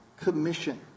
commission